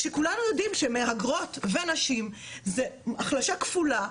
כשכולנו יודעים שמהגרות ונשים זה החלשה כפולה,